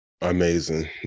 Amazing